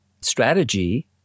strategy